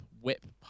whip